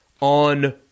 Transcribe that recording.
on